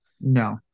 No